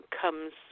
comes